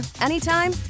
anytime